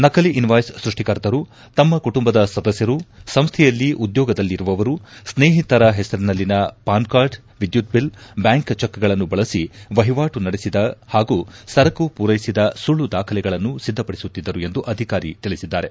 ನಕಲಿ ಇನ್ವಾಯ್ಸ್ ಸೃಷ್ಟಿಕರ್ತರು ತಮ್ಮ ಕುಟುಂಬದ ಸದಸ್ಕರು ಸಂಸ್ಥೆಯಲ್ಲಿ ಉದ್ಯೋಗದಲ್ಲಿರುವವರು ಸ್ನೇಹಿತರ ಹೆಸರಿನಲ್ಲಿನ ಪಾನ್ ಕಾರ್ಡ್ ವಿದ್ಯುತ್ ಬಿಲ್ ಬ್ಯಾಕ್ ಚೆಕ್ಗಳನ್ನು ಬಳಸಿ ವಹಿವಾಟು ನಡೆಸಿದ ಹಾಗೂ ಸರಕು ಪೂರೈಸಿದ ಸುಳ್ಳು ದಾಖಲೆಗಳನ್ನು ಸಿದ್ಧಪಡಿಸುತ್ತಿದ್ದರು ಎಂದು ಅಧಿಕಾರಿ ತಿಳಿಸಿದ್ದಾರೆ